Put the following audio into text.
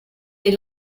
des